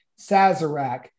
Sazerac